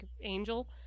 Angel